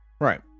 Right